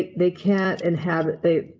they can't and haven't they,